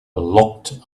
locked